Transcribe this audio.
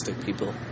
people